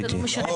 לא,